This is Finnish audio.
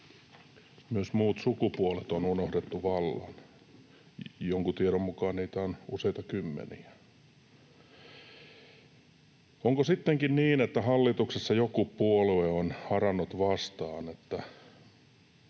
Myös muut sukupuolet on unohdettu vallan. Jonkun tiedon mukaan niitä on useita kymmeniä. Onko sittenkin niin, että hallituksessa joku puolue on harannut vastaan niin,